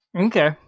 Okay